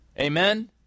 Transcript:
Amen